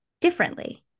differently